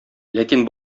ләкин